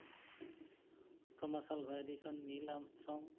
Thomas Alva Edison Neil Armstrong